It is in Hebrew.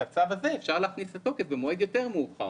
את הצו הזה אפשר להכניס לתוקף במועד מאוחר יותר,